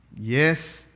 Yes